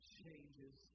changes